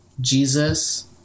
Jesus